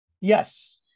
Yes